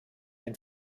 den